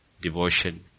devotion